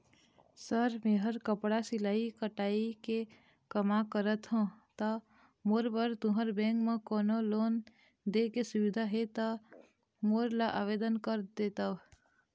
Sir मेहर कपड़ा सिलाई कटाई के कमा करत हों ता मोर बर तुंहर बैंक म कोन्हों लोन दे के सुविधा हे ता मोर ला आवेदन कर देतव?